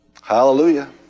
Hallelujah